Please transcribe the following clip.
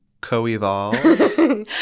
co-evolve